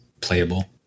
playable